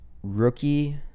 Rookie